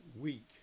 week